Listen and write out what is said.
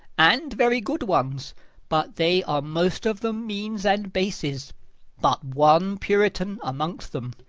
and very good ones but they are most of them means and bases but one puritan amongst them,